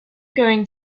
going